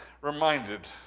reminded